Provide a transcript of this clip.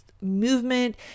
movement